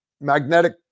magnetic